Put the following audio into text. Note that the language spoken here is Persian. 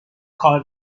کار